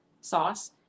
sauce